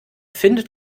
findet